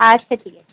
আচ্ছা ঠিক আছে